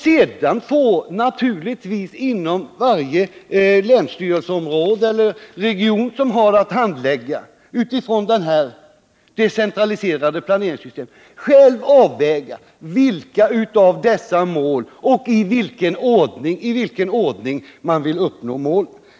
Sedan får man naturligtvis inom varje region, som enligt detta system har att handlägga dessa frågor, själv avgöra i vilken ordning man vill uppnå målen.